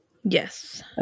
Yes